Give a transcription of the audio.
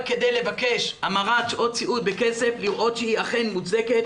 כדי לבקש המרת שעות סיעוד בכסף לראות שהיא אכן מוצדקת